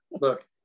look